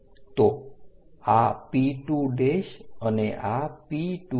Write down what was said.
તો આ P2 અને આ P2 છે